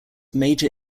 major